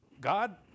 God